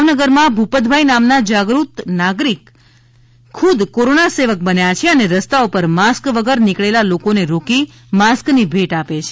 ભાવનગરમાં ભૂપતભાઇ નામના જાગૃત નાગરિક ખુદ કોરોના સેવક બન્યા છે અને રસ્તા ઉપર માસ્ક વગર નીકળેલા લોકોને રોકી માસ્કની ભેટ આપે છે